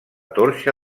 torxa